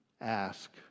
ask